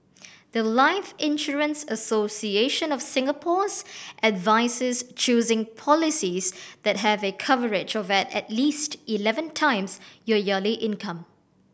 the life Insurance Association of Singapore's advises choosing policies that have a coverage of at least eleven times your yearly income